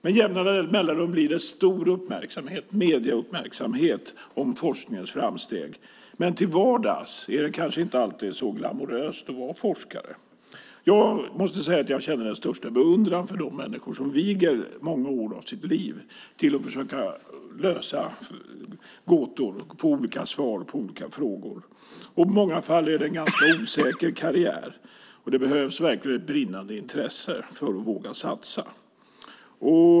Med jämna mellanrum blir det stor medieuppmärksamhet på forskningens framsteg, men till vardags är det kanske inte alltid så glamoröst att vara forskare. Jag känner den största beundran för de människor som viger många år av sitt liv åt att försöka lösa gåtor och få svar på olika frågor. I många fall är det en ganska osäker karriär. Det behövs verkligen ett brinnande intresse för att våga satsa.